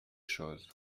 choses